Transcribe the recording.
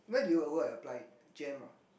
where do you all go and apply it Jem ah